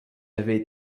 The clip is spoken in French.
avaient